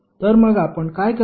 तर मग आपण काय करू